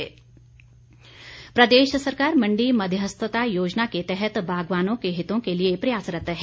गणेशदत्त प्रदेश सरकार मण्डी मध्यस्थता योजना के तहत बागवानों के हितों के लिए प्रयासरत है